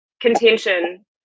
contention